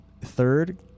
third